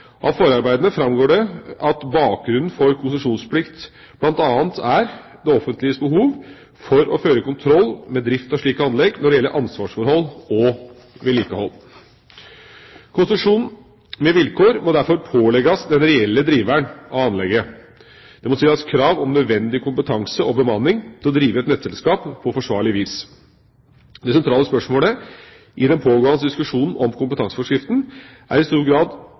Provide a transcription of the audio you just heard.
Av forarbeidene framgår det at bakgrunnen for konsesjonsplikt bl.a. er det offentliges behov for å føre kontroll med drift av slike anlegg når det gjelder ansvarsforhold og vedlikehold. Konsesjonen med vilkår må derfor pålegges den reelle driveren av anlegget. Det må stilles krav om nødvendig kompetanse og bemanning til å drive et nettselskap på forsvarlig vis. Det sentrale spørsmålet i den pågående diskusjonen om kompetanseforskriften er i hvor stor grad